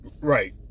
Right